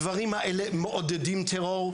הדברים האלה מעודדים טרור,